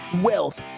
wealth